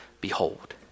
behold